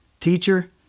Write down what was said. teacher